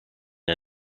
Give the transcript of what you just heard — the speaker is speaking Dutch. hij